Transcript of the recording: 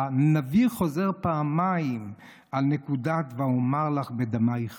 הנביא חוזר פעמיים על נקודת "ואמר לך בדמיך חיי".